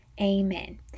Amen